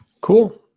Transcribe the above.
Cool